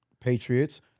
Patriots